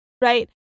right